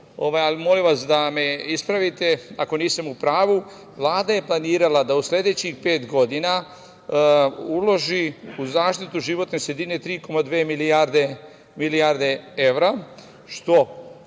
molim vas da me ispravite ako nisam u pravu, Vlada je planirala da u sledećih pet godina uloži u zaštitu životne sredine 3,2 milijarde evra, što